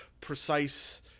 precise